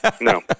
No